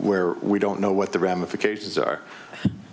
where we don't know what the ramifications are